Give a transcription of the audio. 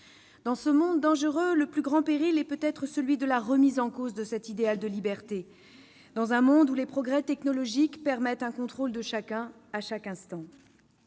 Dans ce monde dangereux, le plus grand péril est peut-être celui de la remise en cause de notre idéal de liberté, car ce monde est aussi celui où les progrès technologiques permettent un contrôle de chacun à chaque instant.